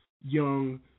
young